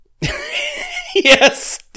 Yes